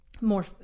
more